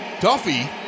Duffy